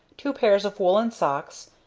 two pairs of woollen socks,